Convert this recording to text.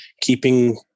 keeping